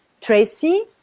Tracy